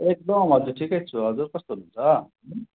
एकदम हजुर ठिकै छु हजुर कस्तो हुनुहुन्छ